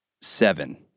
seven